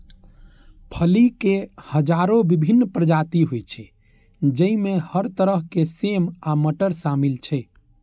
फली के हजारो विभिन्न प्रजाति होइ छै, जइमे हर तरह के सेम आ मटर शामिल छै